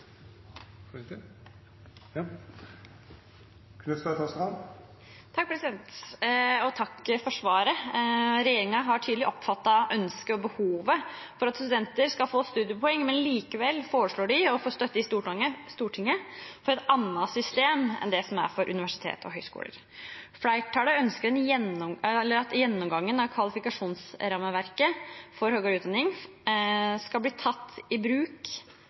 Takk for svaret. Regjeringen har tydelig oppfattet ønsket og behovet for at studenter skal få studiepoeng, men likevel foreslår de å få støtte i Stortinget for et annet system enn det som er for universiteter og høyskoler. Flertallet ønsker at gjennomgangen av kvalifikasjonsrammeverket for høyere utdanning skal bli lagt fram før man eventuelt skal ta i bruk